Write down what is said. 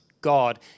God